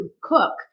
cook